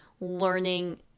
learning